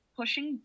pushing